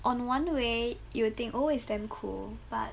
on one way you will think always damn cool but